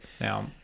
Now